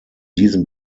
diesem